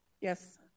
Yes